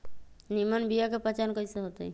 निमन बीया के पहचान कईसे होतई?